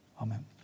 amen